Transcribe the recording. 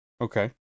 Okay